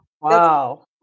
Wow